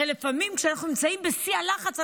הרי לפעמים כשאנחנו נמצאים בשיא הלחץ,